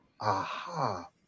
aha